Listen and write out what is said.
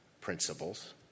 principles